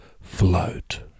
float